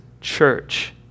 church